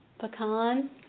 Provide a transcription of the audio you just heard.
Pecan